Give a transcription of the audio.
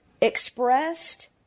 expressed